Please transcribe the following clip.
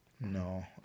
No